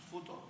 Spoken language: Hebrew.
זכותו.